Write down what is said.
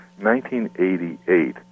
1988